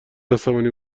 عصبانی